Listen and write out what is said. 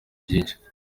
byinshi